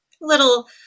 little